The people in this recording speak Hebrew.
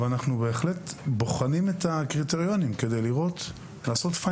ואנחנו בוחנים את הקריטריונים כדי לרענן אותם.